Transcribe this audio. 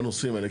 בנושאים האלה.